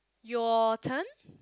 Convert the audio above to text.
your turn